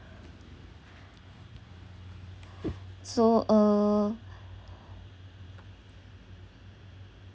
so uh